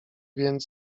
więc